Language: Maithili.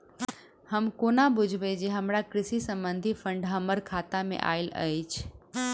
हम कोना बुझबै जे हमरा कृषि संबंधित फंड हम्मर खाता मे आइल अछि?